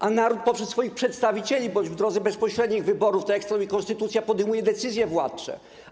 A naród poprzez swoich przedstawicieli bądź w drodze bezpośrednich wyborów, tak jak stanowi konstytucja, podejmuje decyzje władcze.